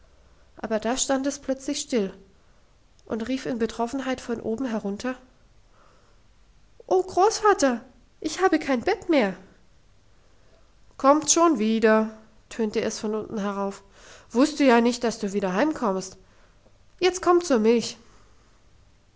hinauf aber da stand es plötzlich still und rief in betroffenheit von oben herunter oh großvater ich habe kein bett mehr kommt schon wieder tönte es von unten herauf wusste ja nicht dass du wieder heimkommst jetzt komm zur milch